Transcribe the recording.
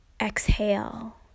exhale